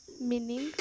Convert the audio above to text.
meaning